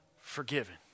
forgiven